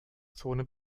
zone